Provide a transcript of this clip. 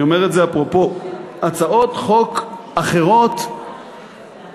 אני אומר את זה אפרופו הצעות חוק אחרות שבאות,